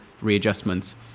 readjustments